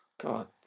God